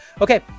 Okay